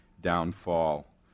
downfall